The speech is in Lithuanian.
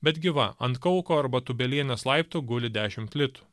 bet gi va ant kauko arba tūbelienės laiptų guli dešimt litų